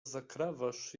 zakrawasz